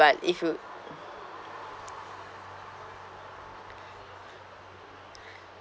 but if you